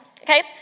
Okay